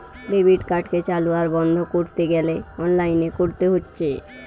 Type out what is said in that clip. debit কার্ডকে চালু আর বন্ধ কোরতে গ্যালে অনলাইনে কোরতে হচ্ছে